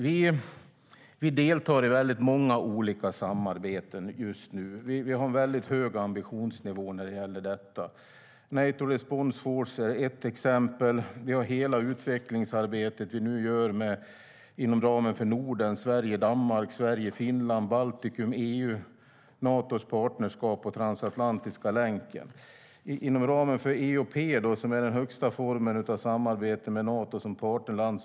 Vi deltar i väldigt många olika samarbeten just nu. Vi har en väldigt hög ambitionsnivå när det gäller detta. NATO Response Force är ett exempel. Vi har hela det utvecklingsarbete som vi nu gör inom ramen för Norden. Det handlar om Sverige och Danmark, Sverige och Finland, Baltikum, EU, Natos partnerskap och den transatlantiska länken. EOP är den högsta formen av samarbete med Nato som partnerland.